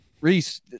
Reese